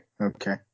okay